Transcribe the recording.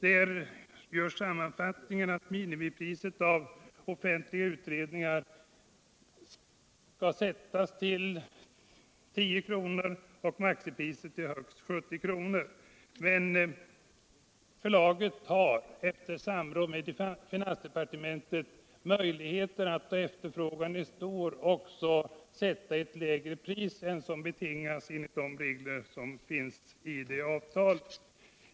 Där görs sammanfattningen att minimipriset för offentliga utredningar skall sättas till 10 kr. och maximipriset till 70 kr. Men förlaget har efter samråd med finansdepartementet möjligheter att då efterfrågan är stor sätta ett lägre pris än det som betingas av de regler som finns i avtalet.